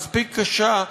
מספיק קשה,